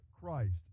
Christ